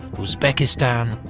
uzbekistan,